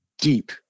deep